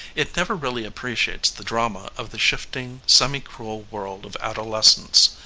it never really appreciates the drama of the shifting, semi-cruel world of adolescence.